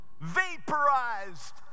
Vaporized